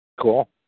Cool